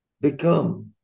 become